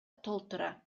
толтура